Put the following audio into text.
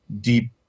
deep